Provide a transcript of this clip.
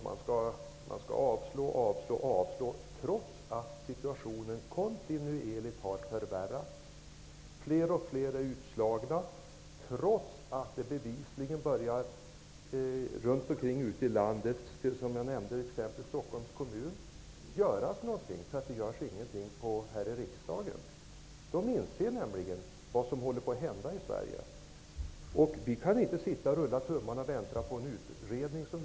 Man skall avslå motionerna, trots att situationen kontinuerligt har förvärrats -- trots att fler och fler blir utslagna och trots att det bevisligen börjat göras någonting runt omkring i landet därför att det inte görs någonting här i riksdagen. Man inser nämligen vad som håller på att hända i Sverige. Vi kan inte sitta och rulla tummarna och vänta på resultatet av en utredning.